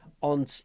on